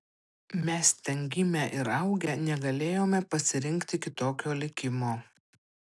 mes ten gimę ir augę negalėjome pasirinkti kitokio likimo